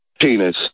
penis